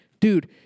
Dude